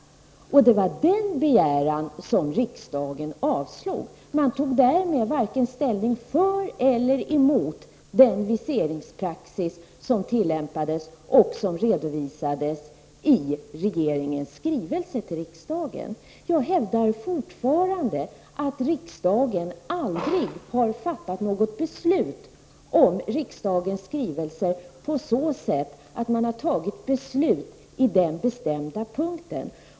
Det var den begäran som riksdagen avslog. Därmed tog riksdagen ställning varken för eller emot den viseringspraxis som tillämpades och som redovisades i regeringens skrivelse till riksdagen. Jag hävdar fortfarande att riksdagen aldrig har fattat något beslut om riksdagens skrivelser på så sätt att man har fattat beslut på den bestämda punkten.